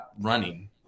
running